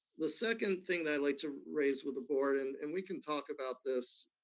the second thing i'd like to raise with the board, and and we can talk about this